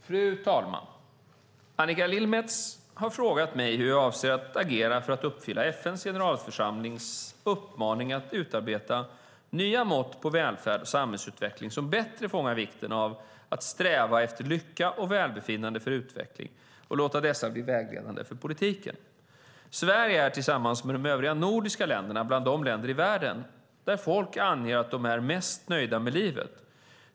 Fru talman! Annika Lillemets har frågat mig hur jag avser agera för att uppfylla FN:s generalförsamlings uppmaning att utarbeta nya mått på välfärd och samhällsutveckling, som bättre fångar vikten av strävan efter lycka och välbefinnande för utveckling, och låta dessa bli vägledande för politiken. Sverige är, tillsammans med de övriga nordiska länderna, bland de länder i världen där folk anger att de är mest nöjda med livet.